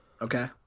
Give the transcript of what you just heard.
Okay